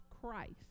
Christ